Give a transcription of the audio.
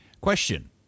question